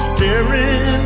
Staring